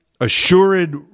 assured